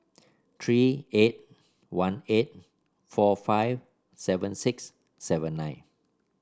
three eight one eight four five seven six seven nine